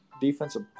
Defensive